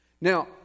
Now